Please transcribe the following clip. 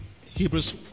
Hebrews